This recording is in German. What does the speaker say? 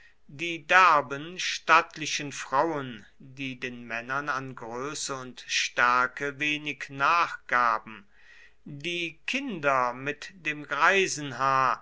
die derben stattlichen frauen die den männern an größe und stärke wenig nachgaben die kinder mit dem